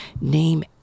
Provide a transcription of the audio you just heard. name